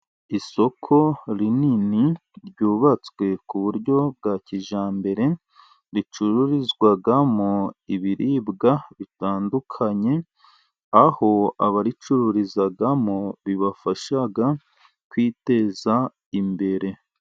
Isoko rinini ryubatswe ku buryo bwa kijyambere, ricururizwamo ibiribwa bitandukanye, aho abaricururizamo bibafasha kwiteza imbere.